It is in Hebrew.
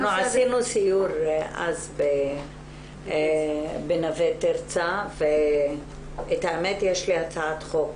עשינו סיור אז בנווה תרצה ואת האמת יש לי הצעת חוק